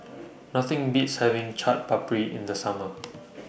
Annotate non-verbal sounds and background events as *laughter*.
*noise* Nothing Beats having Chaat Papri in The Summer